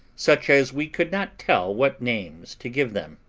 such as we could not tell what names to give them.